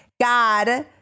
God